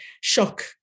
shock